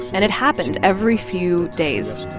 and it happened every few days.